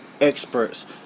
experts